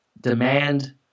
demand